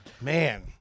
man